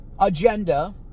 agenda